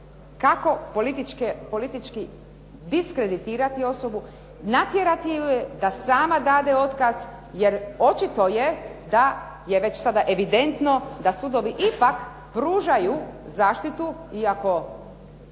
kako politički diskreditirati osobu, natjerati ju da sama dade otkaz jer očito je da je već sada evidentno da sudovi ipak pružaju zaštitu, iako